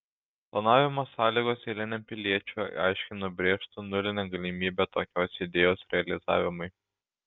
planavimo sąlygos eiliniam piliečiui aiškiai nubrėžtų nulinę galimybę tokios idėjos realizavimui